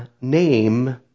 name